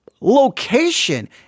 location